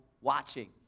watching